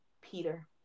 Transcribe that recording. Peter